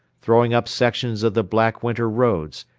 throwing up sections of the black winter roads,